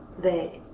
they.